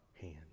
hand